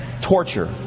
torture